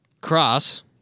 Cross